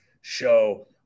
show